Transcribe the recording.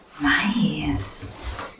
Nice